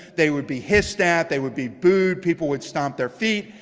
they would be his staff, they would be booed, people would stomp their feet,